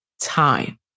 time